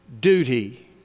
duty